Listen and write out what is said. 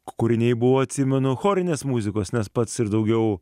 kūriniai buvo atsimenu chorinės muzikos nes pats ir daugiau